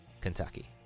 Kentucky